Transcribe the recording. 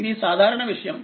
ఇది సాధారణ విషయం